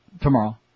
Tomorrow